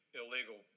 illegal